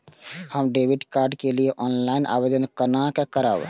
हम debit card के लिए ऑनलाइन आवेदन केना करब?